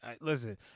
listen